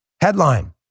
Headline